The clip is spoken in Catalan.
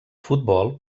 futbol